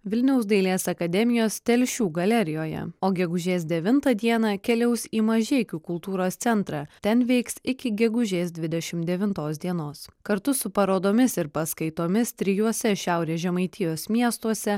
vilniaus dailės akademijos telšių galerijoje o gegužės devintą dieną keliaus į mažeikių kultūros centrą ten veiks iki gegužės dvidešimt devintos dienos kartu su parodomis ir paskaitomis trijuose šiaurės žemaitijos miestuose